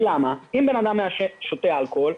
אם אדם מעשן או שותה אלכוהול,